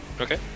Okay